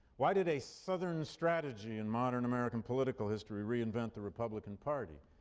why did a southern strategy in modern american political history re-invent the republican party?